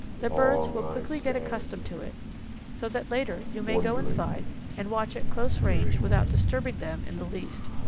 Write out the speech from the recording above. the birds will quickly get accustomed to it so that later you may go inside and watch at close range without disturbing them in the least.